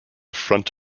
front